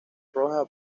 roja